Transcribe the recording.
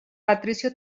patricio